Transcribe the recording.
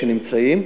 שנמצאים,